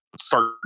start